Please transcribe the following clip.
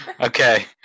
Okay